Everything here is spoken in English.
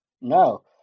No